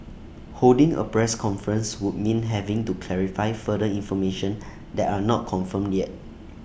holding A press conference would mean having to clarify further information that are not confirmed yet